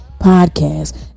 podcast